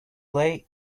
lay